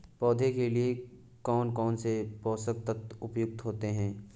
पौधे के लिए कौन कौन से पोषक तत्व उपयुक्त होते हैं?